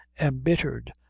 embittered